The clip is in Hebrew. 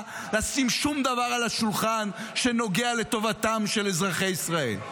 לשים על השולחן שום דבר שנוגע לטובתם של אזרחי ישראל.